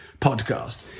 podcast